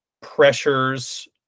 pressures